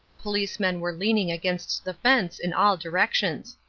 policemen were leaning against the fence in all directions.